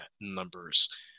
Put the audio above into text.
numbers